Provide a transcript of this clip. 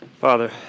Father